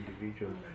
individuals